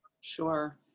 Sure